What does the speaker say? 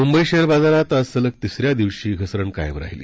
Mumbai share बाजारात आज सलग तिसऱ्या दिवशी घसरण कायम राहिली